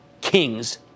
kings